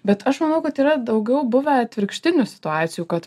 bet aš manau kad yra daugiau buvę atvirkštinių situacijų kad